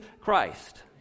Christ